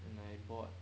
and I bought